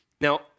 Now